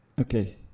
okay